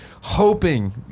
hoping